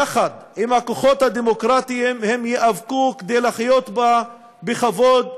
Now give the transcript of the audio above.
יחד עם הכוחות הדמוקרטיים הם ייאבקו כדי לחיות בה בכבוד ובשוויון.